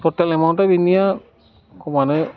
टटेल एमाउन्टआ बिनिया खमानो